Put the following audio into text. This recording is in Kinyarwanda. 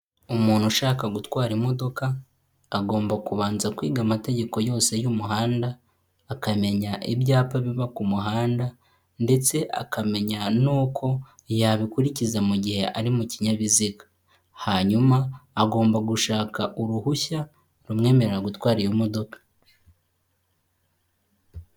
Umuntu ushaka gutwara imodoka, agomba kubanza kwiga amategeko yose y'umuhanda, akamenya ibyapa biba ku muhanda ndetse akamenya nuko yabikurikiza mu gihe ari mu kinyabiziga. Hanyuma agomba gushaka uruhushya rumwemerera gutwara iyo modoka.